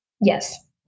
Yes